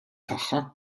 tagħha